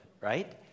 right